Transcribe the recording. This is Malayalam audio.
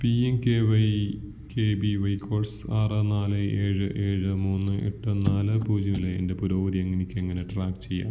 P M K Y K V Y course ആറ് നാല് ഏഴ് ഏഴ് മൂന്ന് എട്ട് നാല് പൂജ്യം ലെ എൻ്റെ പുരോഗതി എനിക്ക് എങ്ങനെ ട്രാക്ക് ചെയ്യാം